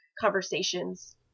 conversations